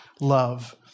love